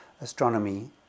astronomy